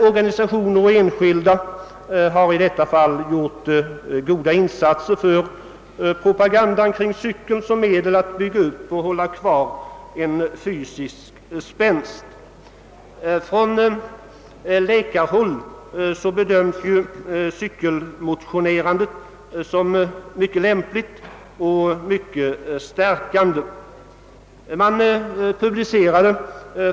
Organisationer och enskilda har gjort goda insatser när det gäller propagandan för cykeln som medel att bygga upp och hålla kvar fysisk spänst. Från läkarhåll bedöms cykelmotionerandet som mycket lämpligt och stärkande.